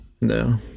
No